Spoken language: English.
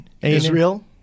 Israel